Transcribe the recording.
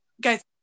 guys